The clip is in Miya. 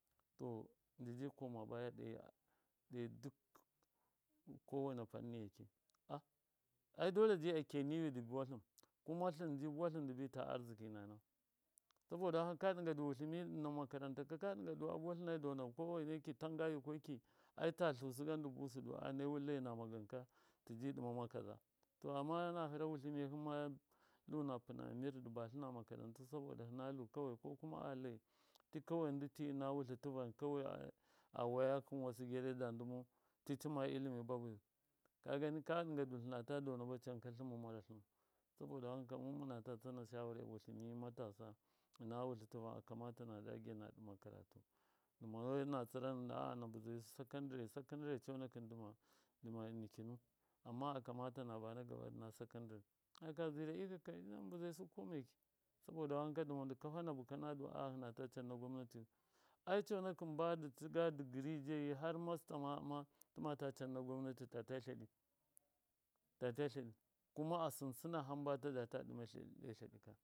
To jiti kama buya ɗai duk kowani fanniyeki a, a dole fa kiya niwi akiya nuwi du buwatlɨn kuma tlɨnji bultɨn dibi ta arziki nina saboda wanka ka ɗɨnga du abuwatlɨne donau tanga yikweki ai ta tlusɨgan dɨ busɨ a nai lai nama ganka tiji ɗɨmama kaza to amma na hira wultɨmiyai himma luna na pɨna mir dɨ batlɨna makaratau saboda hɨnalu kawai ko kuma a. a laɨ ti kawai ndɨ ti ɨna wutlɨ tɨvan kawai a waya kɨnwasɨ gyarya da ndɨmau ti tɨma ilimi babu kagani ka ɗɨnga du tlɨnata dona sɨba canka tlɨnma mara tlimu saboda wanka mɨna ta tsna shawara hɨn wɨtɨmi matasa ɨna wutlɨ tɨvan akamata na dagedɨma wai natsɨrana na mbɨzasu sekandɨre sakandare conakɨn dɨma innikinu amma akamata na bana gaba ɨna sekandare naka zira ikakai ai na mbɨzaisu ko meki saboda wanka dɨma du kafa nabuka a. a hɨnata can na gwamnatiyu ai conakɨn ba tɨga dɨgiri jeyi har master tiga ta tlaɗi kuma asɨnsɨna hamba tɨdata ɗɨma tleɗika.